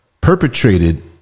perpetrated